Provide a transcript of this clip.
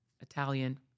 italian